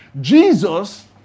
Jesus